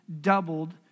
doubled